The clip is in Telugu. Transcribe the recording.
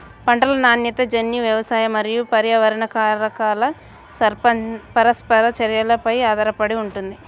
పంటల నాణ్యత జన్యు, వ్యవసాయ మరియు పర్యావరణ కారకాల పరస్పర చర్యపై ఆధారపడి ఉంటుంది